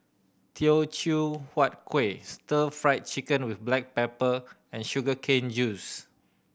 Teochew Huat Kueh Stir Fry Chicken with black pepper and sugar cane juice